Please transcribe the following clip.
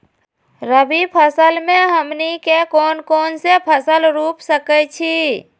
रबी फसल में हमनी के कौन कौन से फसल रूप सकैछि?